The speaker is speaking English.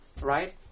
right